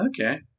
Okay